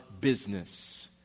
business